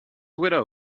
widow